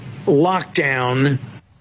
lockdown